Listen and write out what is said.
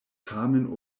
tamen